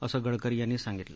असं गडकरी यांनी सांगितलं